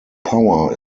power